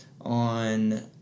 on